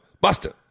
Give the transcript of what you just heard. buster